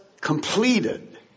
completed